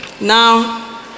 now